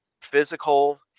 physical